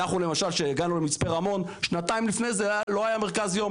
אנחנו למשל כשהגענו למצפה רמון שנתיים לפני זה לא היה מרכז יום,